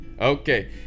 okay